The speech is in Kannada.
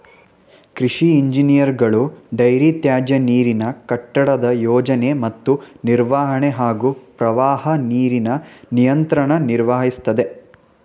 ಕೃಷಿ ಇಂಜಿನಿಯರ್ಗಳು ಡೈರಿ ತ್ಯಾಜ್ಯನೀರಿನ ಕಟ್ಟಡದ ಯೋಜನೆ ಮತ್ತು ನಿರ್ವಹಣೆ ಹಾಗೂ ಪ್ರವಾಹ ನೀರಿನ ನಿಯಂತ್ರಣ ನಿರ್ವಹಿಸ್ತದೆ